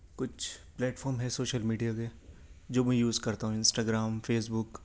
کچھ platform ہیں social media کے جو میں یوز کرتا ہوں انسٹاگرام فیس بک